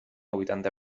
huitanta